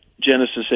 Genesis